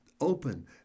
open